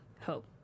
Hope